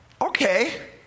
okay